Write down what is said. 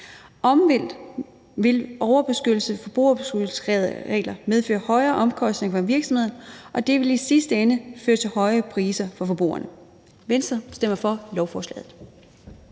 i forbrugerbeskyttelsesreglerne medføre højere omkostninger for virksomhederne, og det vil i sidste ende føre til høje priser for forbrugerne. Venstre stemmer for lovforslaget.